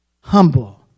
humble